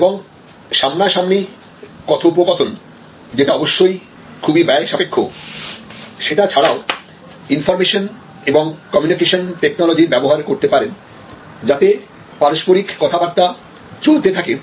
এবং সামনা সামনি কথোপকথন যেটা অবশ্যই খুবই ব্যয় সাপেক্ষ সেটা ছাড়াও ইনফর্মেশন এবং কমিউনিকেশন টেকনোলজির ব্যবহার করতে পারেন যাতে পারস্পরিক কথাবার্তা চলতে থাকে